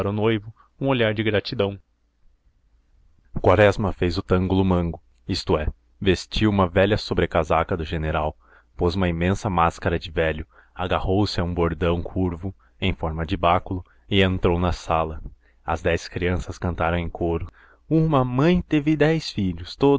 noivo um olhar de gratidão quaresma fez o tangolomango isto é vestiu uma velha sobrecasaca do general pôs uma imensa máscara de velho agarrou-se a um bordão curvo em forma de báculo e entrou na sala as dez crianças cantaram em coro uma mãe teve dez filhos